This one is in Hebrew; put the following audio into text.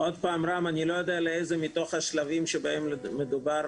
אני לא יודע לאיזה מתוך השלבים בהם מדובר